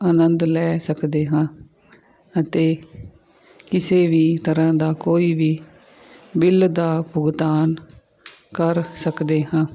ਆਨੰਦ ਲੈ ਸਕਦੇ ਹਾਂ ਅਤੇ ਕਿਸੇ ਵੀ ਤਰ੍ਹਾਂ ਦਾ ਕੋਈ ਵੀ ਬਿੱਲ ਦਾ ਭੁਗਤਾਨ ਕਰ ਸਕਦੇ ਹਾਂ